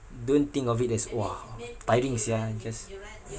don't think of it as !wah! tiring sia just